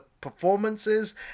performances